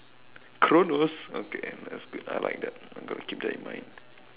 Kronos okay and that's good I like that I'm gonna keep that in mind